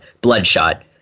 Bloodshot